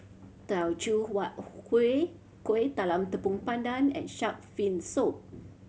Teochew Huat Kueh Kueh Talam Tepong Pandan and shark fin soup